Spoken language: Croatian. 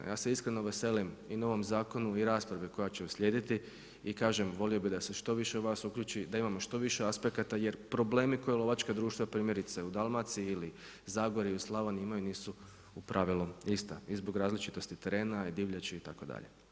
Ja se iskreno veselim i novom zakonu i raspravi koja će uslijediti i kažem, volio bih da se što više uključi, da imamo što više aspekata jer problemi koji lovačka društva primjerice u Dalmaciji ili Zagorju, Slavoniji, nisu u pravilu ista i zbog različitosti terena i divljači itd.